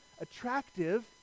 attractive